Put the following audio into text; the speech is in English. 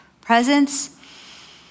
presence